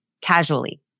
casually